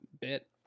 bit